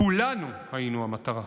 כולנו היינו המטרה.